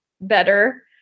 better